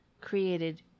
created